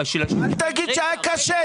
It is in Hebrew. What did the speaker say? מחצית מהרווח שלה בשנה האחרונה היה 80 מיליון,